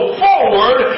forward